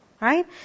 Right